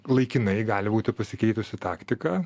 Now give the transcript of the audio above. laikinai gali būti pasikeitusi taktika